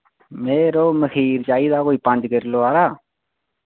मैं यरो मखीर चाहिदा कोई पंज किल्लो हारा